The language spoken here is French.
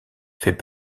fait